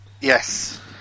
Yes